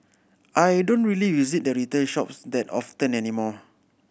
I don't really visit the retail shops that often anymore